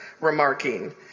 remarking